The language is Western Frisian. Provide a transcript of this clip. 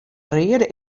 reade